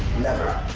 never,